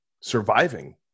surviving